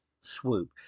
swoop